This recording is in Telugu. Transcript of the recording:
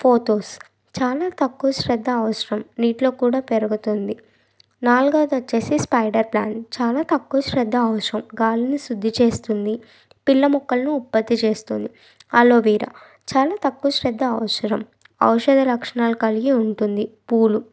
ఫోతోస్ చాలా తక్కువ శ్రద్ద అవసరం నీటిలో కూడా పెరుగుతుంది నాలుగోదొచ్చేసి స్పైడర్ ప్లాంట్ చాలా తక్కువ శ్రద్ద అవసరం గాలిని శుద్ధి చేస్తుంది పిల్ల మొక్కలను ఉత్పత్తి చేస్తుంది అలోవెరా చాలా తక్కువ శ్రద్ద అవసరం ఔషధ లక్షణాలు కలిగి ఉంటుంది పూలు